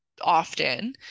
often